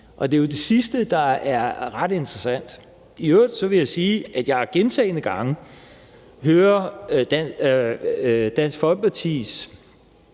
Og det er jo det sidste, der er ret interessant. I øvrigt vil jeg sige, at jeg gentagne gange hører Dansk Folkepartis